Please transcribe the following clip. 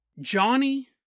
Johnny